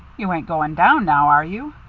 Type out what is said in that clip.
you ain't going down now, are you?